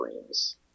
Dreams